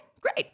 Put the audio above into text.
great